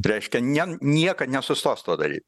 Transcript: reiškia ne niekad nesustos to daryt